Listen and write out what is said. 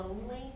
lonely